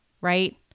Right